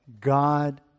god